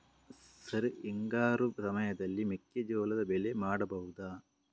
Sir ಹಿಂಗಾರು ಸಮಯದಲ್ಲಿ ಮೆಕ್ಕೆಜೋಳದ ಬೆಳೆ ಮಾಡಬಹುದಾ?